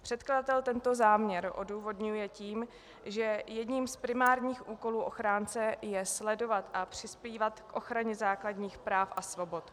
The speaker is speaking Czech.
Předkladatel tento záměr odůvodňuje tím, že jedním z primárních úkolů ochránce je sledovat a přispívat k ochraně základních práv a svobod.